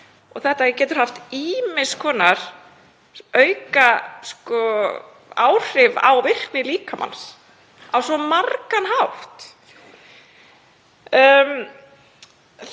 og geta haft ýmiss konar aukaáhrif á virkni líkamans á svo margan hátt.